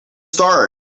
start